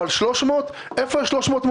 אבל איפה עוד יש 300 מוזמנים?